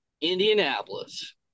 Indianapolis